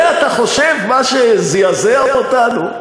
זה, אתה חושב, מה שזעזע אותנו?